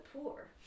poor